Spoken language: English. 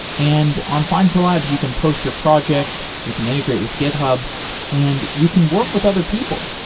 and on findcollabs, you can post your project, you can integrate with github and you can work with other people.